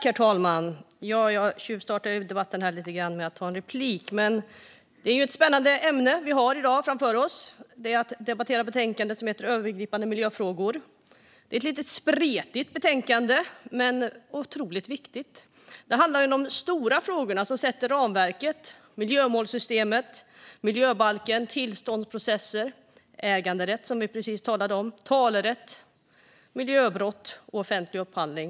Herr talman! Jag tjuvstartade debatten lite grann genom att begära replik innan det var dags för mitt anförande; det är ju ett spännande ämne vi har att debattera i dag. Vi debatterar betänkandet Övergripande miljöfrågor . Det är ett lite spretigt betänkande, men det är otroligt viktigt. Det handlar om de stora frågor som sätter ramverket, till exempel miljömålssystemet, miljöbalken, tillståndsprocesser, äganderätt - som det precis talades om - samt talerätt, miljöbrott och offentlig upphandling.